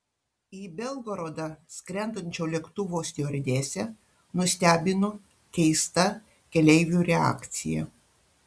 į belgorodą skrendančio lėktuvo stiuardesę nustebino keista keleivių reakcija